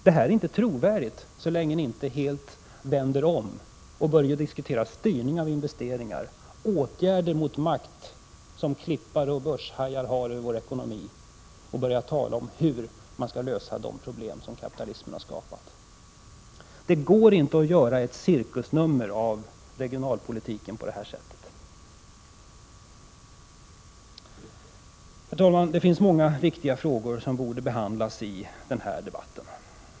Detta blir inte trovärdigt så länge ni inte vänder om helt och börjar diskutera styrning av investeringar och åtgärder mot den makt som klippare och börshajar har över vår ekonomi och börjar tala om hur man skall lösa de problem som kapitalismen har skapat. Det går inte att göra ett cirkusnummer av regionalpolitiken på det här sättet. Herr talman! Det finns många viktiga frågor som borde behandlas i denna debatt.